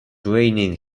raining